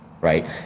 right